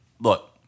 look